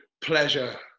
pleasure